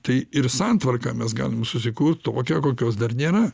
tai ir santvarką mes galim susikurt tokią kokios dar nėra